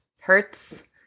hurts